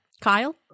Kyle